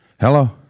Hello